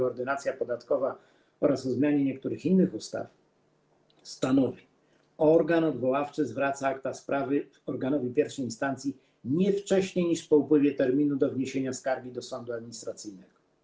Ordynacja podatkowa oraz o zmianie niektórych innych ustaw, stanowi, że organ odwoławczy zwraca akta sprawy organowi I instancji nie wcześniej niż po upływie terminu do wniesienia skargi do sądu administracyjnego.